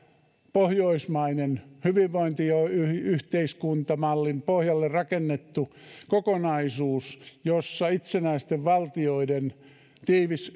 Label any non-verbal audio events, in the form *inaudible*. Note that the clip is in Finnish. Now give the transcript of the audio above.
pohjoismainen hyvinvointiyhteiskuntamallin pohjalle rakennettu kokonaisuus jossa itsenäisten valtioiden tiivis *unintelligible*